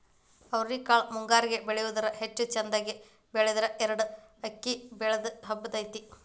ಅವ್ರಿಕಾಳು ಮುಂಗಾರಿಗೆ ಬೆಳಿಯುವುದ ಹೆಚ್ಚು ಚಂದಗೆ ಬೆಳದ್ರ ಎರ್ಡ್ ಅಕ್ಡಿ ಬಳ್ಳಿ ಹಬ್ಬತೈತಿ